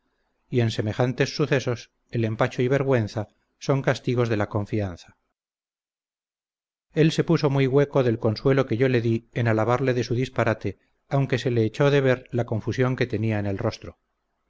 y en semejantes sucesos el empacho y vergüenza son castigos de la confianza él se puso muy hueco del consuelo que yo le di en alabarle de su disparate aunque se le echó de ver la confusión que tenía en el rostro